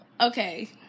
okay